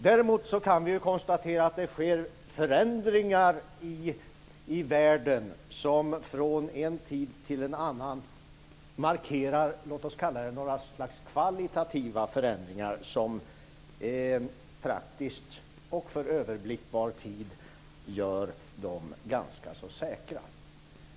Däremot kan vi konstatera att det sker förändringar i världen som från en tid till en annan markerar ett slags kvalitativa förändringar som praktiskt och för överblickbar tid gör dem ganska säkra.